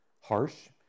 harsh